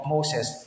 Moses